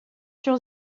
sur